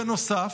בנוסף,